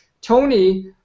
Tony